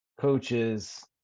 coaches